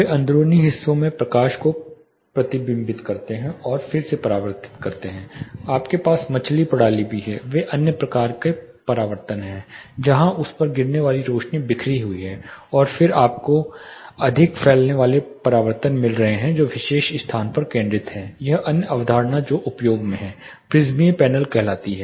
वे अंदरूनी हिस्सों में प्रकाश को प्रतिबिंबित करते हैं और फिर से परावर्तित करते हैं आपके पास मछली प्रणाली भी है वे एक अन्य प्रकार के प्रतिबिंब हैं जहां उस पर गिरने वाली रोशनी बिखरी हुई है और फिर आपको अधिक फैलाने वाले प्रतिबिंब मिल रहे हैं जो विशेष स्थान पर केंद्रित हैं एक अन्य अवधारणा जो उपयोग में है प्रिज्मीय पैनल कहलाती है